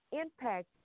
impact